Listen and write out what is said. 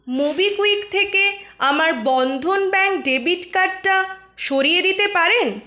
MobiKwik থেকে আমার Bandhan bank debit কার্ডটা সরিয়ে দিতে পারেন